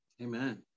amen